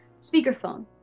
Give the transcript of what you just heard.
speakerphone